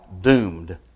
doomed